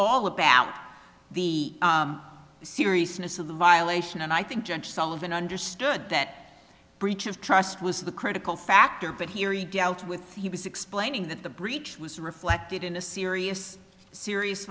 all about the seriousness of the violation and i think judge sullivan understood that breach of trust was the critical factor but here he dealt with he was explaining that the breach was reflected in a serious serious